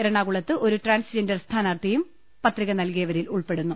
എറണാകു ളത്ത് ഒരു ട്രാൻസ്ജെൻഡർ സ്ഥാനാർത്ഥിയും പത്രിക നൽകിയ വരിൽ ഉൾപ്പെടുന്നു